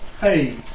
hey